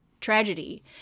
tragedy